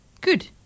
Good